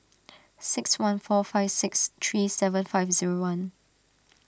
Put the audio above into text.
six one four five six three seven five zero one